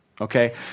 okay